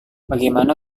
bagaimana